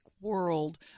world